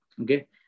Okay